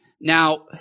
Now